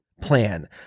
plan